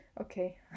Okay